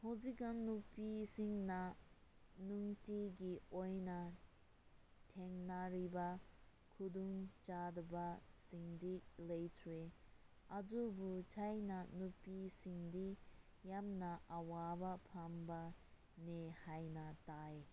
ꯍꯧꯖꯤꯛꯀꯥꯟ ꯅꯨꯄꯤꯁꯤꯡꯅ ꯅꯨꯡꯇꯤꯒꯤ ꯑꯣꯏꯅ ꯊꯦꯡꯅꯔꯤꯕ ꯈꯨꯗꯣꯡ ꯆꯥꯗꯕ ꯁꯤꯡꯗꯤ ꯂꯩꯇ꯭ꯔꯦ ꯑꯗꯨꯕꯨ ꯊꯥꯏꯅ ꯅꯨꯄꯤꯁꯤꯡꯗꯤ ꯌꯥꯝꯅ ꯑꯋꯥꯕ ꯐꯪꯕꯅꯦ ꯍꯥꯏꯅ ꯇꯥꯏ